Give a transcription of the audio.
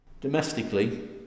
Domestically